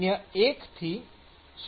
૧ Wm